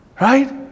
right